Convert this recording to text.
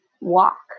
walk